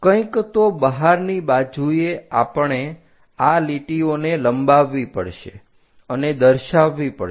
કંઇક તો બહારની બાજુએ આપણે આ લીટીઓને લંબાવવી પડશે અને દર્શાવવી પડશે